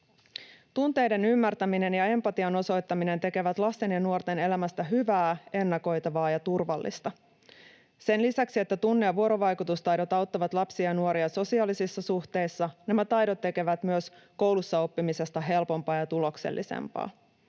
Tunteiden ymmärtäminen ja empatian osoittaminen tekevät lasten ja nuorten elämästä hyvää, ennakoitavaa ja turvallista. Sen lisäksi, että tunne‑ ja vuorovaikutustaidot auttavat lapsia ja nuoria sosiaalisissa suhteissa, nämä taidot tekevät myös koulussa oppimisesta helpompaa ja tuloksellisempaa.